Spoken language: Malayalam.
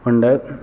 ഉണ്ട്